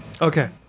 Okay